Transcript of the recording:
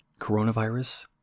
coronavirus